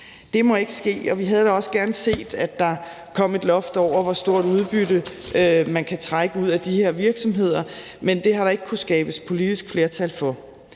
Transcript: Det må ikke ske, og vi havde da også gerne set, at der kom et loft over, hvor stort udbytte man kan trække ud af de her virksomheder, men det har der ikke kunnet skabes et politisk flertal for.